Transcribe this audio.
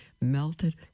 melted